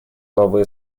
новые